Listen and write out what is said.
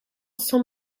sans